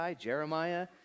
Jeremiah